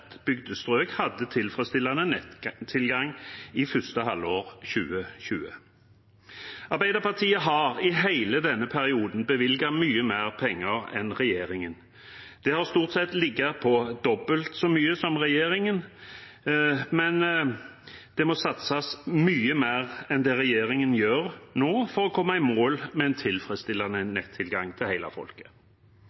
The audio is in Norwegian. strøk, hadde tilfredsstillende nettilgang i første halvår 2020. Arbeiderpartiet har i hele denne perioden bevilget mye mer penger enn regjeringen – det har stort sett ligget på dobbelt så mye som regjeringen. Det må satses mye mer enn det regjeringen gjør nå, for å komme i mål med en tilfredsstillende